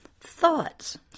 thoughts